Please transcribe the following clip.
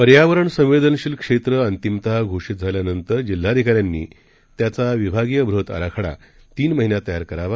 पर्यावरण संवेदनशील क्षेत्र अंतिमतः घोषितझाल्यानंतर जिल्हाधिकाऱ्यांनी त्याचा विभागीय मास्टर प्लॅन तीन महिन्यात तयार करावा